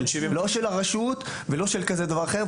לא של הרשות ולא של אף אחד אחר.